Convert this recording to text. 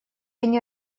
они